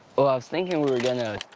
well i was thinkin' we were gonna.